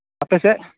ᱟᱯᱮᱥᱮᱫ